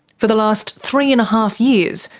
for the last three and a half years,